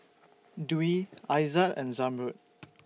Dwi Aizat and Zamrud